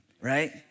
right